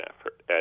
effort